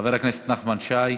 חבר הכנסת נחמן שי,